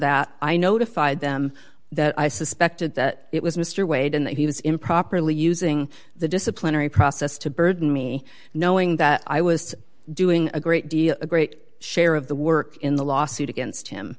that i notified them that i suspected that it was mr wade and that he was improperly using the disciplinary process to burden me knowing that i was doing a great deal a great share of the work in the lawsuit against